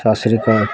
ਸਤਿ ਸ੍ਰੀ ਅਕਾਲ